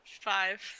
Five